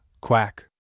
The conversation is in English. Quack